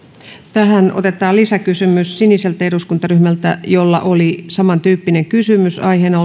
tähän otetaan lisäkysymys siniseltä eduskuntaryhmältä jolla oli samantyyppinen kysymys aiheena